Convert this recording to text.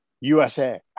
USA